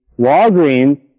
Walgreens